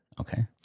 okay